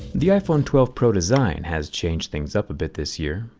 the iphone twelve pro design has changed things up a bit this year,